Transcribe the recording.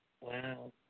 Wow